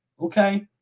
Okay